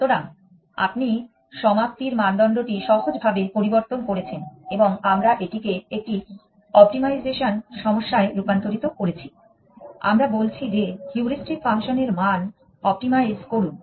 সুতরাং আপনি সমাপ্তির মানদণ্ডটি সহজভাবে পরিবর্তন করেছেন এবং আমরা এটিকে একটি অপ্টিমাইজেশান সমস্যায় রূপান্তরিত করেছি আমরা বলছি যে হিউরিস্টিক ফাংশনের মান অপ্টিমাইজ করুন